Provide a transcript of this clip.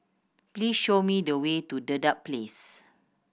please show me the way to Dedap Place